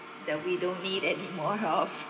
that we don't need any more help